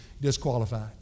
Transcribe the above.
disqualified